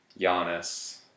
Giannis